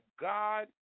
God